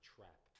Trap